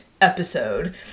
episode